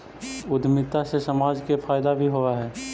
उद्यमिता से समाज के फायदा भी होवऽ हई